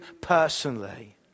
personally